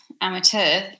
amateur